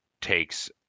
takes